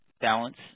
balance